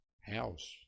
house